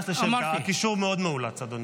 הקישור מאוד מאולץ, אדוני.